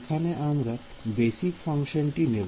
এখানে আমরা বেসিক ফাংশনটি কি নেব